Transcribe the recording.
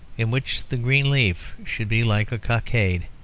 in which the green leaf should be like a cockade,